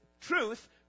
truth